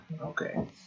Okay